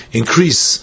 increase